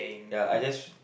ya I just